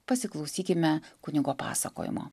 pasiklausykime kunigo pasakojimo